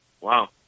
Wow